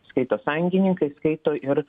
skaito sąjungininkai skaito ir